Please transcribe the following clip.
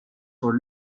for